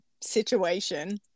situation